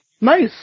Nice